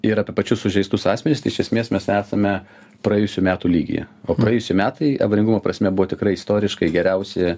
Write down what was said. ir apie pačius sužeistus asmenis tai iš esmės mes esame praėjusių metų lygyje o praėjusi metai avaringumo prasme buvo tikrai istoriškai geriausi